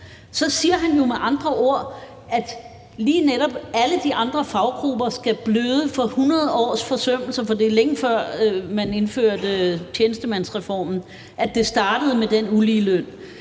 så siger han jo med andre ord, at lige netop alle de andre faggrupper skal bløde for 100 års forsømmelse. For det var, længe før man indførte tjenestemandsreformen, at det startede med den uligeløn.